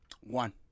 one